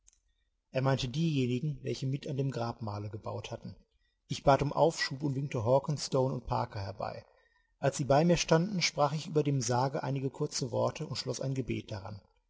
er meinte diejenigen welche mit an dem grabmale gebaut hatten ich bat um aufschub und winkte hawkens stone und parker herbei als sie bei mir standen sprach ich über dem sarge einige kurze worte und schloß ein gebet daran